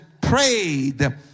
prayed